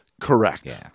Correct